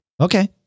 Okay